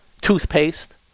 toothpaste